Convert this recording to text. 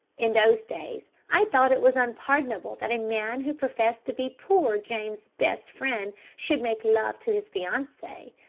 in those days i thought it was unpardonable that a man who professed to be poor james's best friend, should make love to his fiancee,